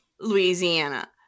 Louisiana